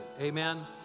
Amen